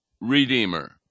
Redeemer